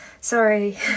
Sorry